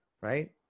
right